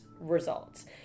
results